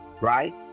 right